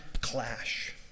clash